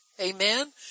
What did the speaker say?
Amen